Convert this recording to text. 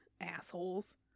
assholes